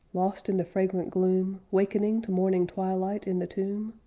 lost in the fragrant gloom, wakening to morning twilight in the tomb?